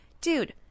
dude